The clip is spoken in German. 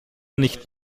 nicht